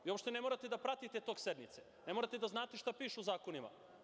Vi uopšte ne morate da pratite tok sednice, ne morate da znate šta piše u zakonima.